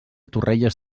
torrelles